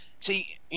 See